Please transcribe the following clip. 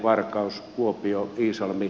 varkaus kuopio iisalmi